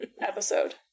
episode